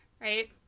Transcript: right